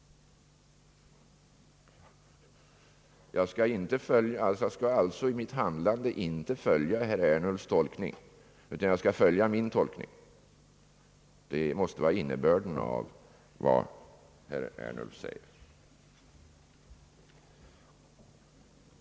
Jag skall alltså i mitt handlande inte följa herr Ernulfs tolkning utan min tolkning — det måste vara innebörden av vad herr Ernulf säger.